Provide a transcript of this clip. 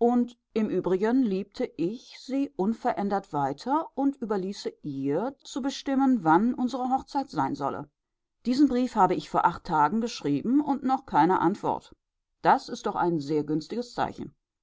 im übrigen liebte ich sie unverändert weiter und überließe ihr zu bestimmen wann unsere hochzeit sein solle diesen brief habe ich vor acht tagen geschrieben und noch keine antwort das ist doch ein sehr günstiges zeichen